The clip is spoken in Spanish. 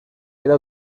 era